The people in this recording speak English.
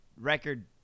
record